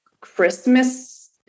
Christmas